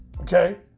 okay